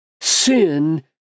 sin